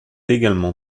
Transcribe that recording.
également